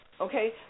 Okay